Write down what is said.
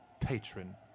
patron